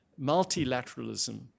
multilateralism